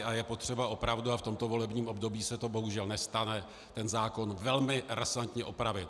A je potřeba opravdu, a v tomto volebním období se to bohužel nestane, tento zákon velmi razantně opravit.